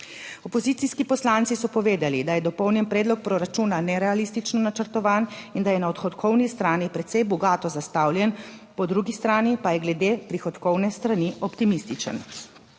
Opozicijski poslanci so povedali, da je dopolnjen predlog proračuna nerealistično načrtovan in da je na odhodkovni strani precej bogato zastavljen, po drugi strani pa je glede prihodkovne strani optimističen.